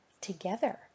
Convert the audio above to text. together